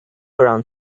around